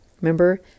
Remember